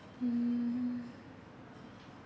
mm